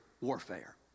warfare